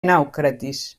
naucratis